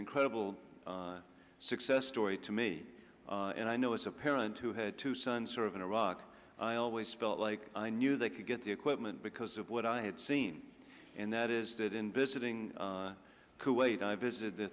incredible success story to me and i know as a parent who had two sons served in iraq i always felt like i knew they could get the equipment because of what i had seen and that is that in visiting kuwait i visited the